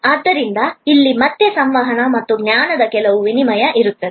ಆದ್ದರಿಂದ ಇಲ್ಲಿ ಮತ್ತೆ ಸಂವಹನ ಮತ್ತು ಜ್ಞಾನದ ಕೆಲವು ವಿನಿಮಯ ಇರುತ್ತದೆ